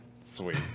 Sweet